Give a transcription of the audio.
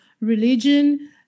religion